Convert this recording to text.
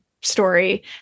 story